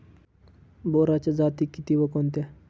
बोराच्या जाती किती व कोणत्या?